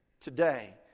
today